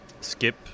skip